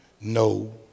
no